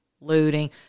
looting